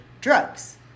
drugs